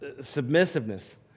submissiveness